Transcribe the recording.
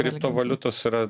kripto valiutos yra